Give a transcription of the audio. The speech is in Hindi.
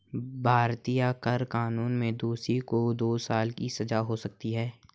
भारतीय कर कानून में दोषी को दो साल की सजा हो सकती है